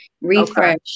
refresh